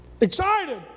excited